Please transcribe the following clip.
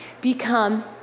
Become